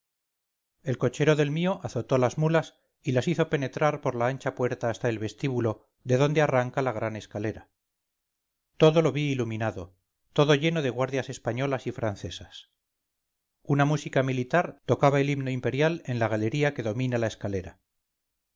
el cochero del mío azotó las mulas y las hizo penetrar por la ancha puerta hasta el vestíbulo de donde arranca la gran escalera todo lo vi iluminado todo lleno de guardias españolas y francesas una música militar tocaba el himno imperial en la galería que domina la escalera